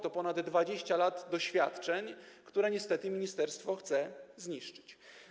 To ponad 20 lat doświadczeń, które niestety ministerstwo chce zniszczyć.